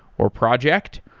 or project.